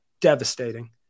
devastating